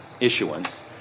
issuance